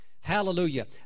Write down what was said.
Hallelujah